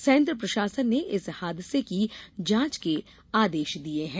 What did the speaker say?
संयंत्र प्रशासन ने इस हादसे की जांच के आदेश दिये हैं